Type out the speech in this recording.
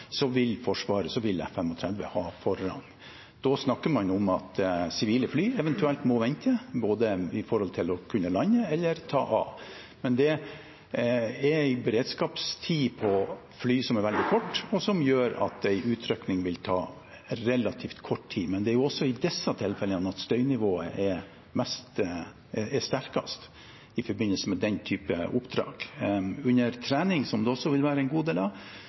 vil Forsvaret og F35 ha forrang. Da snakker man om at sivile fly eventuelt må vente med både å lande og å ta av. Det er en beredskapstid på fly som er veldig kort, noe som gjør at en utrykning vil ta relativt kort tid. Men det er også i disse tilfellene at støynivået er sterkest, i forbindelse med den typen oppdrag. Under trening, som det også vil være en god del av,